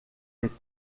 les